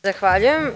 Zahvaljujem.